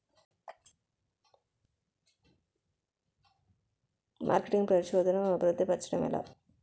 marketing పరిశోధనదా అభివృద్ధి పరచడం ఎలా